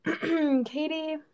Katie